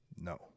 No